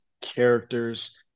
characters